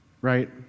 right